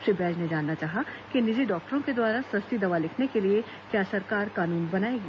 श्री बैज ने जानना चाहा कि निजी डॉक्टरों के द्वारा सस्ती दवा लिखने के लिए क्या सरकार कानून बनाएगी